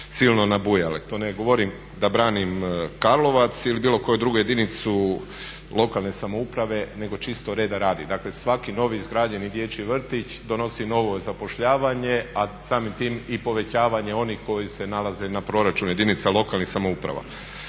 silno nabujale. To ne govorim da branim Karlovac ili bilo koju drugu jedinicu lokalne samouprave, nego čisto reda radi. Dakle, svaki novi izgrađeni dječji vrtić donosi novo zapošljavanje, a samim tim i povećavanje onih koji se nalaze na proračunu jedinica lokalnih samouprava.